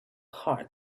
heart